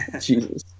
Jesus